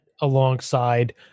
alongside